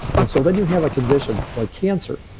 and so then you have a condition like cancer.